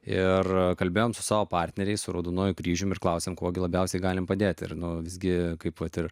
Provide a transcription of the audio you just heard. ir kalbėjome su savo partneriais su raudonuoju kryžiumi ir klausėme kuo gi labiausiai galime padėti ir nu visgi kaip vat ir